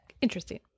interesting